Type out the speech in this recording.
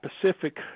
Pacific